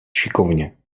šikovně